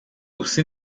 aussi